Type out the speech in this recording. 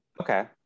okay